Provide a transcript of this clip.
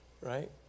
right